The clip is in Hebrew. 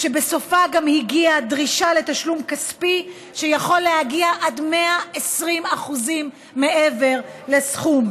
שבסופה גם הגיעה דרישה לתשלום כספי שיכול להגיע עד 120% מעבר לסכום,